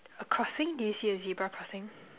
a crossing do you see a zebra crossing